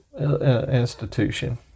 institution